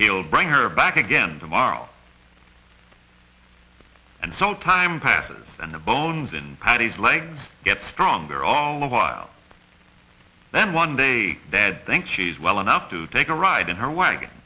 he'll bring her back again tomorrow and so time passes and the bones in patty's legs get stronger all of a while then one day dad thinks she's well enough to take a ride in her wagon